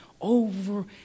over